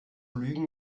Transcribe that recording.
lügen